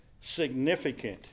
significant